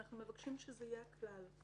אנחנו מבקשים שזה יהיה הכלל.